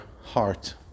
heart